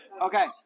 Okay